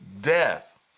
death